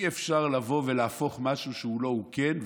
אי-אפשר לבוא ולהפוך משהו שהוא לא לזה שהוא כן,